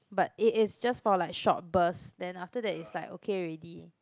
but it is just for like short burst then after that it's like okay already